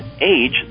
age